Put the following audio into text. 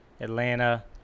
Atlanta